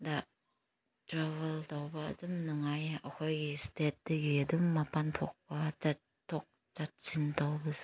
ꯗ travel ꯇꯧꯕ ꯑꯗꯨꯝ ꯅꯨꯡꯉꯥꯏꯌꯦ ꯑꯩꯈꯣꯏꯒꯤ ꯏꯁꯇꯦꯠꯇꯒꯤ ꯑꯗꯨꯝ ꯃꯄꯥꯟ ꯊꯣꯛꯄ ꯆꯠꯊꯣꯛ ꯆꯠꯁꯤꯟ ꯇꯧꯕꯁꯨ